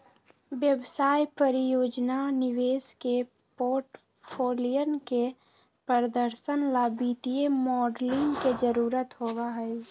व्यवसाय, परियोजना, निवेश के पोर्टफोलियन के प्रदर्शन ला वित्तीय मॉडलिंग के जरुरत होबा हई